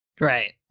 Right